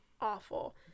awful